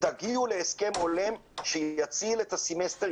תגיעו להסכם הולם שיציל את הסמסטר,